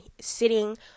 sitting